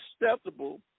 acceptable